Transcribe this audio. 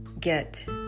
get